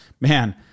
Man